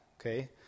Okay